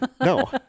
no